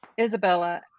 isabella